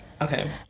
Okay